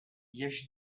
jež